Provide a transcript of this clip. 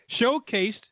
Showcased